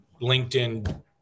LinkedIn